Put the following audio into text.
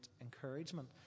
encouragement